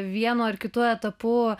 vienu ar kitu etapu